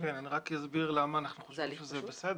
כן, אני רק אסביר למה אנחנו חושבים שזה בסדר.